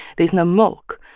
there's no milk.